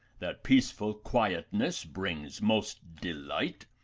that peaceful quietness brings most delight,